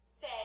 Say